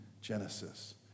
Genesis